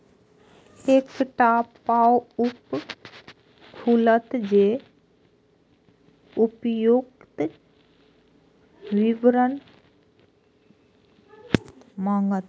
एकटा पॉपअप खुलत जे उपर्युक्त विवरण मांगत